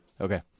Okay